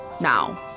now